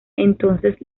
entonces